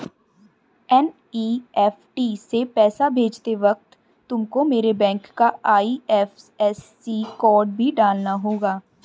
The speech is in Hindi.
एन.ई.एफ.टी से पैसा भेजते वक्त तुमको मेरे बैंक का आई.एफ.एस.सी कोड भी डालना होगा